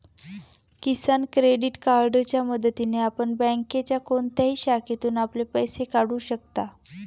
किसान credit कार्डच्या मदतीने आपण बँकेच्या कोणत्याही शाखेतून आपले पैसे काढू शकता